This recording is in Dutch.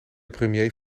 premier